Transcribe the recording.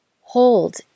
Hold